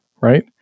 right